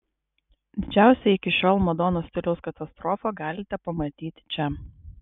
didžiausią iki šiol madonos stiliaus katastrofą galite pamatyti čia